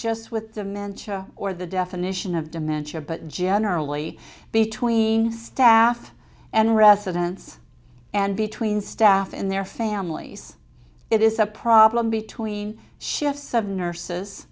just with dementia or the definition of dementia but generally between staff and residents and between staff and their families it is a problem between shifts of nurses